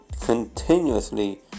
continuously